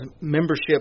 membership